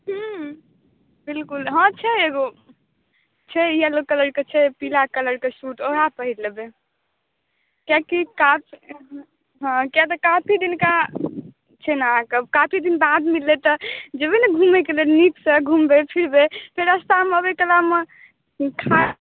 हॅं बिलकुल हॅं छै एगो छै येल्लो कलर के छै पीला कलर के शूट ओएह पहिरि लेबै किएकि कात हॅं किए तऽ काफी दिनका केना अहाँ सब काफी दिन बाद मिलबै तऽ जेबै ने घुमैय के लेल नीक सॅं घुमबै फिरबै जेना रास्तामे आबैकालमे मिठाई